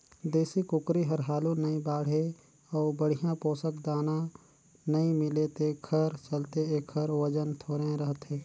देसी कुकरी हर हालु नइ बाढ़े अउ बड़िहा पोसक दाना नइ मिले तेखर चलते एखर ओजन थोरहें रहथे